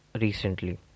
recently